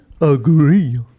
agree